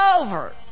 over